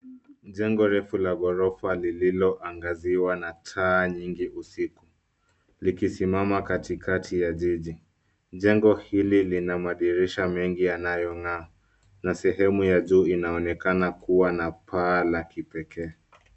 Jengo refu la gorofa lililo angaziwa na taa nyingi usiku. Likisimama katikati ya jiji. Jengo hili lina madirisha mengi yanayo ngaa na sehemu ya juu ina onekena kuwa na paa la kipekee.